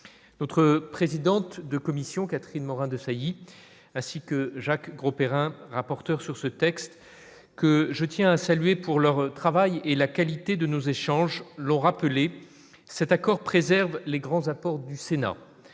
notre présidente de commission Catherine Morin-Desailly, ainsi que Jacques Grosperrin, rapporteur sur ce texte que je tiens à saluer pour leur travail et la qualité de nos échanges, l'ont rappelé cet accord préserve les grands apports du Sénat